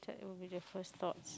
that will be the first thought